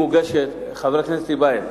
חבר הכנסת טיבייב,